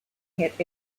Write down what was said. hit